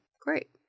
Great